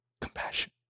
Compassion